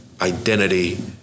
identity